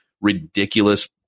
ridiculous